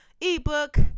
ebook